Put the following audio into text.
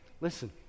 listen